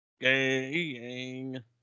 gang